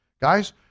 Guys